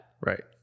right